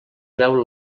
veu